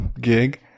gig